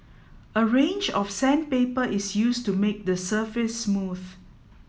a range of sandpaper is used to make the surface smooth